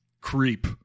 Creep